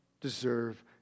deserve